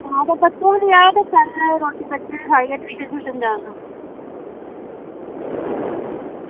आं ते बच्चे बी लेई आयो ते एह् रोटी बच्चें बी खाइयै ट्यूशन जाना